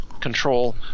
control